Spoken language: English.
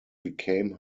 became